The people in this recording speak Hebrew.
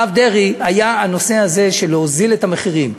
הרב דרעי, היה הנושא הזה של להוזיל את המחירים.